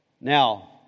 Now